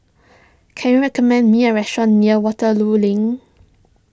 can you recommend me a restaurant near Waterloo Link